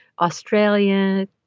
Australia